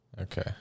Okay